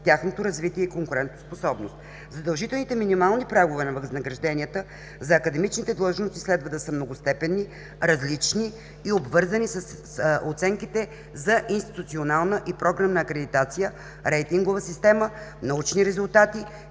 тяхното развитие и конкурентоспособност. Задължителните минимални прагове на възнагражденията за академичните длъжности следва да са многостепенни, различни и обвързани с оценките за институционална и програмна акредитация, рейтингова система, научни резултати,